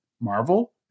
Marvel